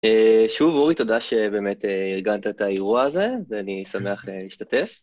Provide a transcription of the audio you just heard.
שוב, אורי, תודה שבאמת ארגנת את האירוע הזה, ואני שמח להשתתף.